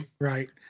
Right